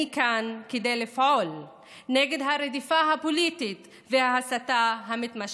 אני כאן כדי לפעול נגד הרדיפה הפוליטית וההסתה המתמשכת.